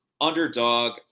Underdog